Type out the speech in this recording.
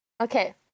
Okay